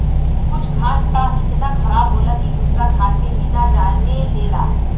कुछ घास त इतना खराब होला की दूसरा घास के भी ना जामे देला